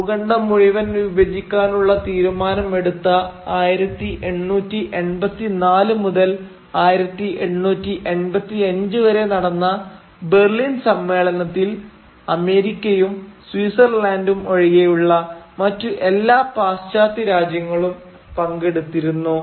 ഭൂഖണ്ഡം മുഴുവൻ വിഭജിക്കാനുള്ള തീരുമാനം എടുത്ത 1884 മുതൽ 1885 വരെ നടന്ന ബെർലിൻ സമ്മേളനത്തിൽ അമേരിക്കയും സ്വിറ്റ്സർലൻഡും ഒഴികെയുള്ള മറ്റു എല്ലാ പാശ്ചാത്യ രാജ്യങ്ങളും പങ്കെടുത്തിരുന്നു